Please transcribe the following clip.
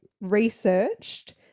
researched